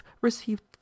received